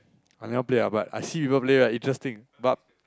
I never play ah but I see people play ah interesting but